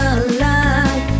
alive